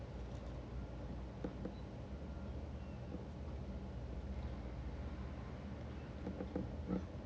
correct